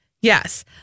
Yes